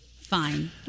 Fine